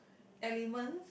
element